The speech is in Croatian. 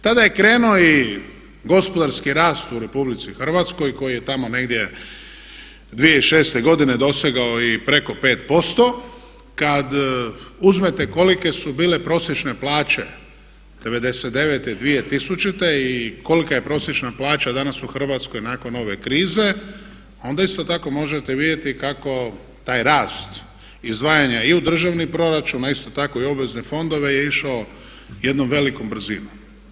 Tada je i krenuo i gospodarski rast u RH koji je tamo negdje 2006.godine dosegao i preko 5% kad uzmete kolike su bile prosječne plaće 99., 2000. i kolika je prosječna plaća danas u Hrvatskoj nakon ove krize onda isto tako možete vidjeti kako taj rast izdvajanja i u državni proračun a isto tako i obvezne fondove je išao jednom velikom brzinom.